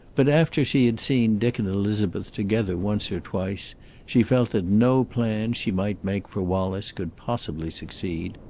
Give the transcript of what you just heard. but after she had seen dick and elizabeth together once or twice she felt that no plan she might make for wallace could possibly succeed.